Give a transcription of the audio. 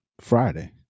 Friday